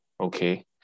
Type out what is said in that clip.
Okay